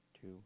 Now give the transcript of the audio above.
two